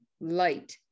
light